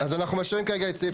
אז אנחנו משאירים, כרגע, את סעיף